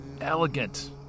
elegant